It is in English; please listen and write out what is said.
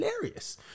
hilarious